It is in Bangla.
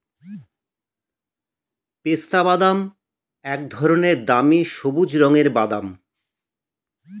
পেস্তাবাদাম এক ধরনের দামি সবুজ রঙের বাদাম